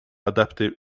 adaptive